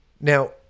Now